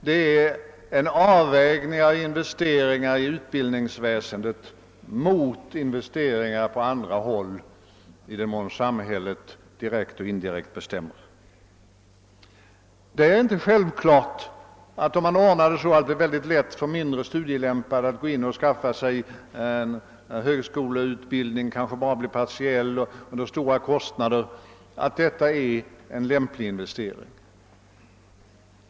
Det gäller frågan om avvägningen mellan investeringar i utbildningsväsendet och investeringar på andra områden, i den mån samhället direkt eller indirekt bestämmer över dessa. Om man gör det väldigt lätt för mindre studielämpade att skaffa sig en högskoleutbildning, som kanske bara blir partiell och som i varje fall drar stora kostnader, är det inte självklart att detta är en lämplig investering.